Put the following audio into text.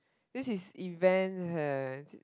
this is event eh